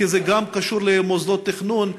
כי זה גם קשור למוסדות תכנון,